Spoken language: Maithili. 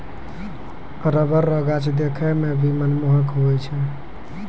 रबर रो गाछ देखै मे भी मनमोहक हुवै छै